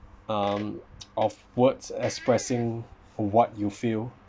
um of words expressing for what you feel